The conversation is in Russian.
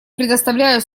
предоставляю